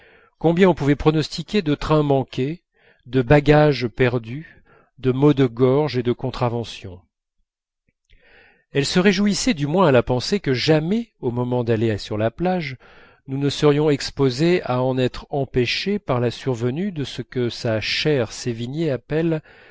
combien on pouvait pronostiquer de trains manqués de bagages perdus de maux de gorge et de contraventions elle se réjouissait du moins à la pensée que jamais au moment d'aller sur la plage nous ne serions exposés à en être empêchés par la survenue de ce que sa chère sévigné appelle